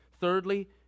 Thirdly